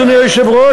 אדוני היושב-ראש,